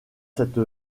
cette